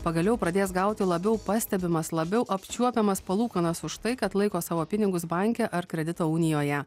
pagaliau pradės gauti labiau pastebimas labiau apčiuopiamas palūkanas už tai kad laiko savo pinigus banke ar kredito unijoje